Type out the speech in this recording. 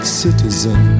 citizen